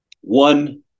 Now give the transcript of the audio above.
one